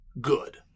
Good